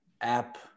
app